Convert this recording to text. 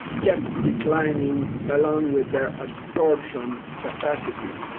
kept declining along with their absorption capacity.